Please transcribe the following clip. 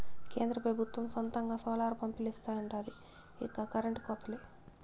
కేంద్ర పెబుత్వం సొంతంగా సోలార్ పంపిలిస్తాండాది ఇక కరెంటు కోతలే